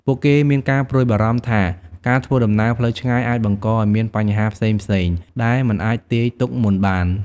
ពួកគេមានការព្រួយបារម្ភថាការធ្វើដំណើរផ្លូវឆ្ងាយអាចបង្កឱ្យមានបញ្ហាផ្សេងៗដែលមិនអាចទាយទុកមុនបាន។